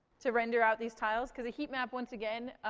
to render out these tiles. because a heatmap, once again